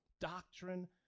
doctrine